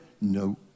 No